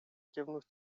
кивнув